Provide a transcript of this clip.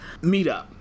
meetup